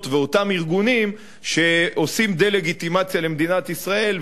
ואותם ארגונים שעושים דה-לגיטימציה למדינת ישראל,